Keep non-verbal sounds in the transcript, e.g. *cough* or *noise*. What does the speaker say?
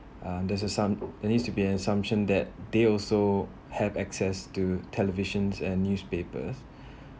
uh there's some there need to be assumption that they also have access to televisions and newspapers *breath*